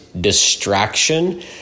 distraction